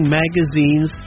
magazines